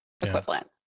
equivalent